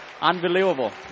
unbelievable